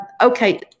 Okay